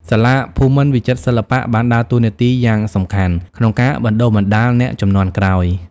សាលាភូមិន្ទវិចិត្រសិល្បៈបានដើរតួនាទីយ៉ាងសំខាន់ក្នុងការបណ្ដុះបណ្ដាលអ្នកជំនាន់ក្រោយ ។